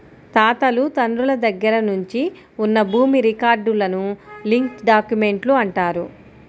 తాతలు తండ్రుల దగ్గర నుంచి ఉన్న భూమి రికార్డులను లింక్ డాక్యుమెంట్లు అంటారు